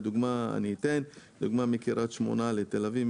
לדוגמה אני אתן דוגמה מקריית שמונה לתל אביב,